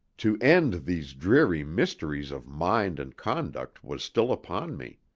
to end these dreary mysteries of mind and conduct, was still upon me.